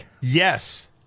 Yes